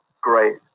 great